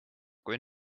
kui